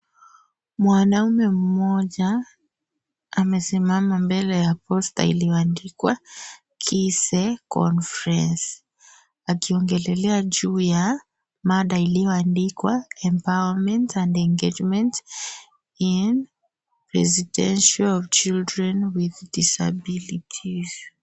Mwanamume mmoja amesimama mbele ya posta iliyoandikwa Kise Conference akiongelea ju ya mada iliyoandikwa empowerment and engagement in residential of children with disabilities .